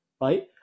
right